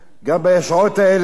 גם בשעות האלה.